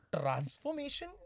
transformation